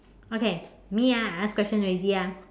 okay me ah I ask question already ah